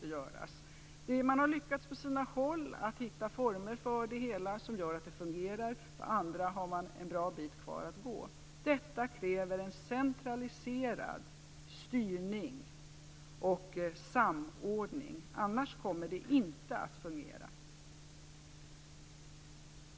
På sina håll har man lyckats hitta former för detta som gör att det fungerar. På andra håll har man en bra bit kvar att gå. Detta kräver en centraliserad styrning och samordning, annars kommer det inte att fungera.